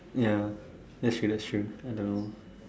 ya actually that's true I don't know